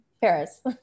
Paris